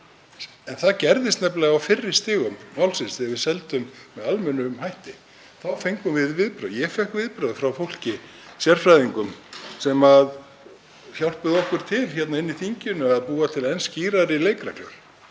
bæ. Það gerðist nefnilega á fyrri stigum málsins þegar við seldum með almennum hætti. Þá fengum við viðbrögð. Ég fékk viðbrögð frá fólki, sérfræðingum sem hjálpuðu okkur hér inni í þinginu við að búa til enn skýrari leikreglur.